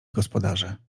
gospodarze